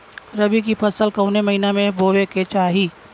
रबी की फसल कौने महिना में बोवे के चाही?